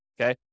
Okay